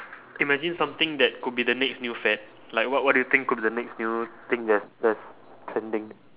imagine something that could be the next new fad like what what do you think could be the next new thing that's that's trending